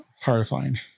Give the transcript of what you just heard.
horrifying